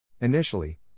Initially